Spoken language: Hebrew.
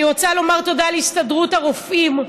אני רוצה לומר תודה להסתדרות הרופאים,